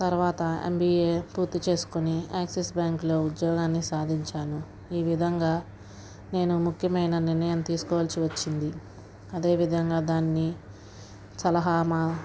తర్వాత ఎంబీఏ పూర్తి చేసుకుని యాక్సిస్ బ్యాంకులో ఉద్యోగాన్ని సాధించాను ఈ విధంగా నేను ముఖ్యమైన నిర్ణయం తీసుకోవాల్సి వచ్చింది అదేవిధంగా దాన్ని సలహా మా